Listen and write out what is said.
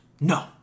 No